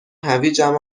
هویجم